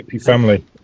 family